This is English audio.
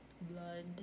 blood